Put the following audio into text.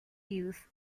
youth